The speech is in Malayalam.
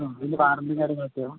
ഇതിനു വാറന്റിയും കാര്യങ്ങളും ഒക്കെയോ